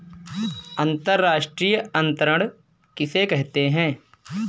अंतर्राष्ट्रीय अंतरण किसे कहते हैं?